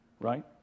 right